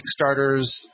Kickstarters